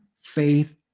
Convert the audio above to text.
faith